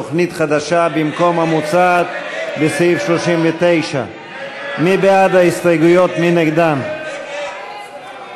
סעיף 39 לשנת 2015 לא התקבלו.